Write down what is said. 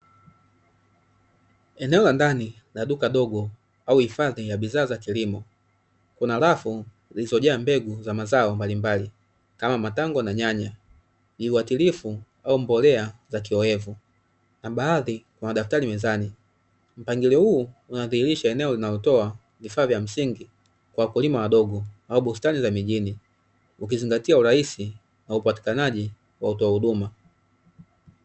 Eneo la ndani la duka dogo au hifadhi ya bidhaa za kilimo kunalo rafu vilizojaza mbegu za mazao mbalimbali, kama matango na nyanya, viuatilifu au mbolea za kioevu. Na baadhi wanadaktari mezani. Pangilio huu unaadhirisha eneo linalotoa visafya vya msingi kwa wakulima wadogo au bustani za mijini, ukizingatia urahisi wa upatikanaji wa huduma.